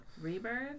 Rebirth